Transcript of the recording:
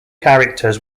characters